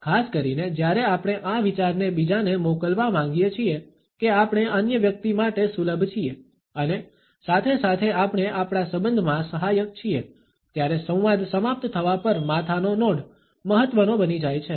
ખાસ કરીને જ્યારે આપણે આ વિચારને બીજાને મોકલવા માંગીએ છીએ કે આપણે અન્ય વ્યક્તિ માટે સુલભ છીએ અને સાથે સાથે આપણે આપણા સંબંધમાં સહાયક છીએ ત્યારે સંવાદ સમાપ્ત થવા પર માથાનો નોડ મહત્વનો બની જાય છે